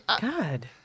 God